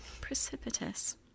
precipitous